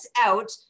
out